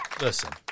listen